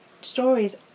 stories